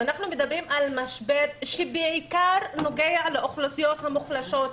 אנחנו מדברים על משבר שנוגע בעיקר לאוכלוסיות המוחלשות,